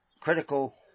critical